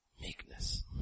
Meekness